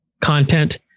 content